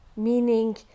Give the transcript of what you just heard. Meaning